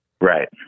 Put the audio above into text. Right